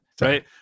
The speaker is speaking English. Right